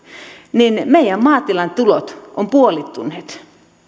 niin meidän maatilamme tulot ovat puolittuneet